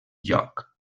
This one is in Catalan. lloc